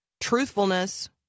truthfulness